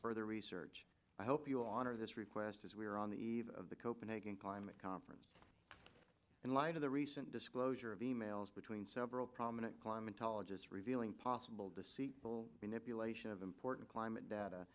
further research i hope you will on or this request as we are on the eve of the copenhagen climate conference in light of the recent disclosure of emails between several prominent climatologists revealing possible deceitful manipulation of important climate data